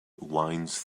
winds